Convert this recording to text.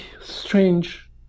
strange